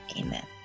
Amen